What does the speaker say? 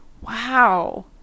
wow